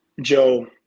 Joe